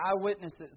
Eyewitnesses